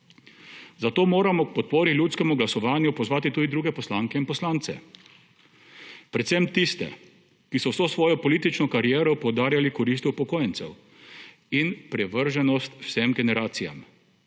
Zato moramo k podpori ljudskemu glasovanju pozvati tudi druge poslanke in poslance, predvsem tiste, ki so vso svojo politično kariero poudarjali korist upokojencev in privrženost vsem generacijam.